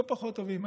לא פחות טובים.